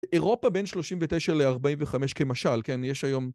אירופה בין שלושים ותשע לארבעים וחמש כמשל, כן? יש היום...